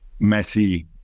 Messi